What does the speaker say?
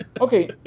Okay